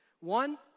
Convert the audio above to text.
One